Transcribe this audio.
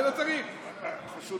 אני מתנצל,